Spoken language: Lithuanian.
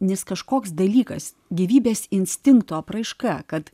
nes kažkoks dalykas gyvybės instinkto apraiška kad